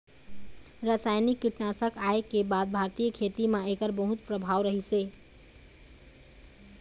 रासायनिक कीटनाशक आए के बाद भारतीय खेती म एकर बहुत प्रभाव रहीसे